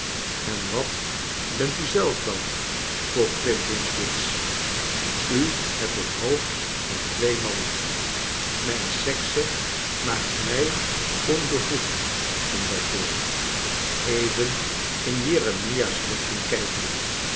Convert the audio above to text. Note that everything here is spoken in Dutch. en wat bent u zelf dan vroeg flintwinch bits u hebt het hoofd van twee mannen mijn sexe maakt mij onbevoegd ging zij voort even in jeremia's richting kijkende